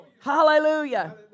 Hallelujah